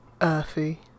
earthy